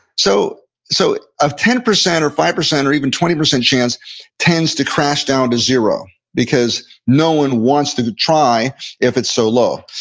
so so ah ten percent or five percent or even twenty percent chance tends to crash down to zero, because no one wants to to try if it's so low.